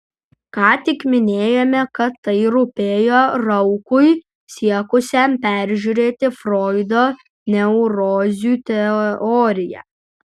ką tik minėjome kad tai rūpėjo raukui siekusiam peržiūrėti froido neurozių teoriją